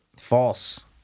False